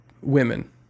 women